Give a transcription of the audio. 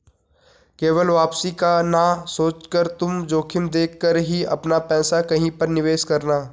केवल वापसी का ना सोचकर तुम जोखिम देख कर ही अपना पैसा कहीं पर निवेश करना